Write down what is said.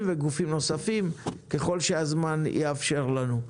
וגופים נוספים ככל שהזמן יאפשר לנו.